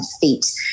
feet